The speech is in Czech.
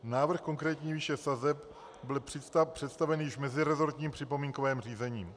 Návrh konkrétní výše sazeb byl představen již v meziresortním připomínkovém řízení.